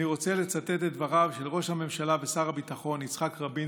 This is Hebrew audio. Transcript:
אני רוצה לצטט את דבריו של ראש הממשלה ושר הביטחון יצחק רבין,